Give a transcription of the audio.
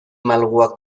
malguak